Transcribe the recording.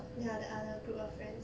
ya the other group of friends